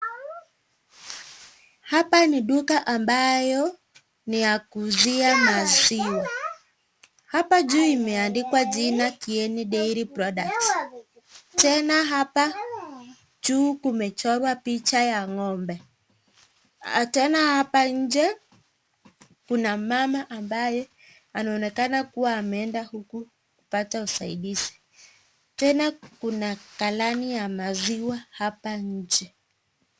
Hapa ni duka ambayo ni ya kuuzia maziwa ,hapa juu imeandikwa jina ,Kieni Dairy Products, tena hapa juu kumechorwa picha ya ng'ombe ,tena hapa nje kuna mama ambaye anaonekana kuwa ameenda kupata usaidizi ,tena kuna galani ya maziwa hapa nje.